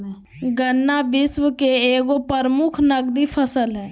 गन्ना विश्व के एगो प्रमुख नकदी फसल हइ